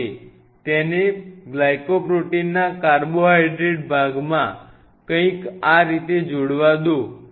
ધારો કે તેને ગ્લાયકોપ્રોટીનના કાર્બોહાઈડ્રેટ ભાગમાં કંઈક આ રીતે જોડવા દો